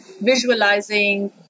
visualizing